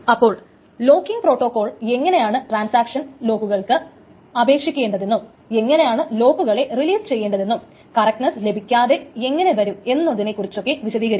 അപ്പോൾ locking protocol എങ്ങനെയാണ് transaction ലോക്കുകൾക്ക് അപേക്ഷിക്കേണ്ടതെന്നും എങ്ങനെയാണ് ലോക്കുകളെ റിലീസ് ചെയ്യേണ്ടതെന്നും കറക്റ്റ്നെസ്സ് ലഭിക്കാതെ എങ്ങനെ വരും എന്നതിനെ കുറിച്ചൊക്കെ വിശദീകരിക്കുന്നു